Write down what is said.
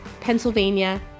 Pennsylvania